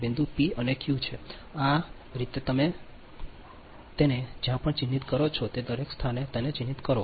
અને આ બિંદુ p અને q છે આ રીતે તમે તેને જ્યાં પણ ચિહ્નિત કરો છો તે દરેક સ્થાને તેને ચિહ્નિત કરો